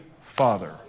Father